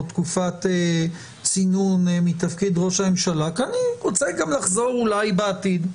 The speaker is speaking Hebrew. תקופת צינון מתפקיד ראש ממשלה כי אני אולי רוצה גם לחזור בעתיד.